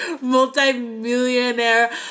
multi-millionaire